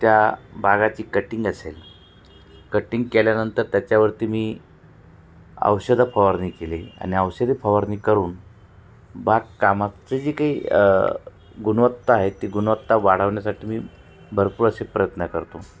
त्या बागाची कटिंग असेल कटिंग केल्यानंतर त्याच्यावरती मी औषधं फवारणी केली आणि औषधी फवारणी करून बागकामाचं जे काही गुणवत्ता आहे ती गुणवत्ता वाढवण्यासाठी मी भरपूर असे प्रयत्न करतो